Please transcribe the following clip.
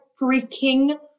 freaking